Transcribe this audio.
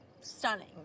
stunning